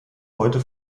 heute